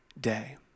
day